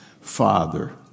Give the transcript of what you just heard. Father